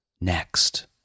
next